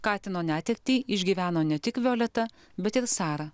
katino netektį išgyveno ne tik violeta bet ir sara